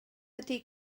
ydy